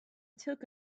took